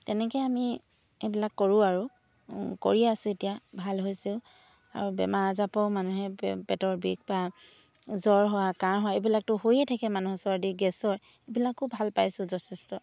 তেনেকৈ আমি এইবিলাক কৰোঁ আৰু কৰি আছো এতিয়া ভাল হৈছে আৰু বেমাৰ আজাৰপৰাও মানুহে পেটৰ বিষ বা জ্বৰ হোৱা কাহ হোৱা এইবিলাকতো হৈয়ে থাকে মানুহ চৰ্দি গেছৰ এইবিলাকো ভাল পাইছোঁ যথেষ্ট